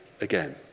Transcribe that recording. again